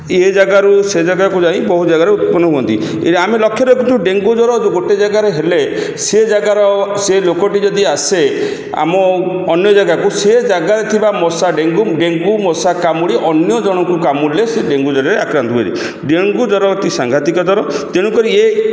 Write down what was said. ଏ ଜାଗାରୁ ସେ ଜାଗାକୁ ଯାଇ ବହୁତ ଜାଗାରେ ଉତ୍ପନ୍ନ ହୁଅନ୍ତି ଏ ଆମେ ଲକ୍ଷ୍ୟ ରଖିଛୁ ଡେଙ୍ଗୁ ଜ୍ୱର ଯୋ ଗୋଟେ ଜାଗାରେ ହେଲେ ସେ ଜାଗାର ସେ ଲୋକଟି ଯଦି ଆସେ ଆମ ଅନ୍ୟ ଜାଗାକୁ ସେ ଜାଗାରେ ଥିବା ମଶା ଡେଙ୍ଗୁ ଡେଙ୍ଗୁ ମଶା କାମୁଡ଼ି ଅନ୍ୟ ଜଣଙ୍କୁ କାମୁଡ଼ିଲେ ସେ ଡେଙ୍ଗୁ ଜ୍ୱରରେ ଆକ୍ରାନ୍ତ ହୁଏ ଡେଙ୍ଗୁ ଜ୍ୱର ଅତି ସାଙ୍ଘାତିକ ଜ୍ୱର ତେଣୁକରି ଇଏ